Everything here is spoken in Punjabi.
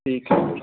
ਠੀਕ ਹੈ